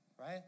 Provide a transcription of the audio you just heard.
right